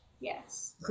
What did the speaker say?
Yes